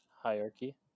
hierarchy